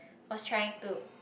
was trying to